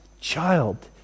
child